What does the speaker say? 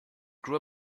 grow